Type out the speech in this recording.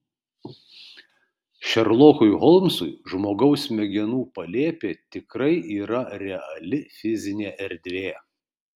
šerlokui holmsui žmogaus smegenų palėpė tikrai yra reali fizinė erdvė